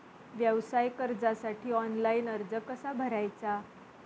व्यवसाय कर्जासाठी ऑनलाइन अर्ज कसा भरायचा?